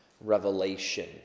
revelation